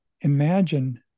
imagine